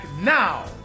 now